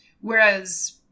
Whereas